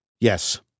Yes